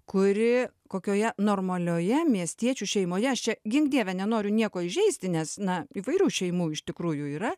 kuri kokioje normalioje miestiečių šeimoje aš čia gink dieve nenoriu nieko įžeisti nes na įvairių šeimų iš tikrųjų yra